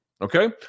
Okay